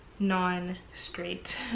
non-straight